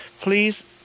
Please